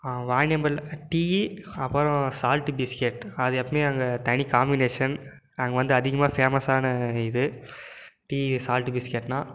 வாணியம்பாடியில் tea அப்பறம் salt biscuit அது எப்பமே அங்கே தனி காமினேஷன் அங்கே வந்து அதிகமாக ஃபேமஸான இது டீ சால்ட்டு பிஸ்கெட்னால்